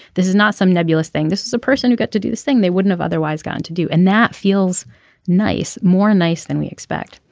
this is not some nebulous thing this is a person who got to do this thing they wouldn't have otherwise gotten to do and that feels nice more nice than we expect.